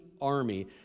army